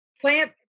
plant